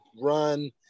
run